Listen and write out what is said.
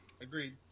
Agreed